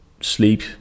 sleep